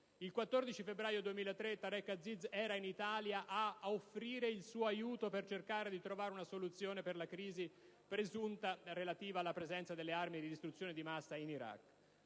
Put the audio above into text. Il 14 febbraio 2003 Tareq Aziz era in Italia ad offrire il suo aiuto per cercare una soluzione per la crisi presunta relativa alla presenza di armi di distruzione di massa in Iraq.